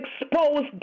exposed